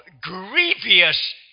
grievous